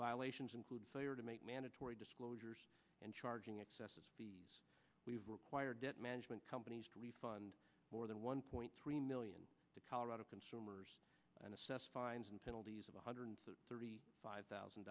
violations including failure to make mandatory disclosures and charging excessive fees we've required debt management companies to refund more than one point three million to colorado consumers and assess fines and penalties of one hundred thirty five thousand